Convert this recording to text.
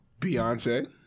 Beyonce